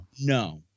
No